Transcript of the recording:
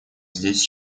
здесь